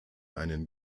einen